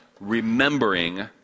remembering